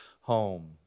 home